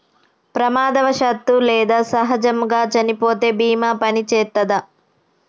ప్రమాదవశాత్తు లేదా సహజముగా చనిపోతే బీమా పనిచేత్తదా?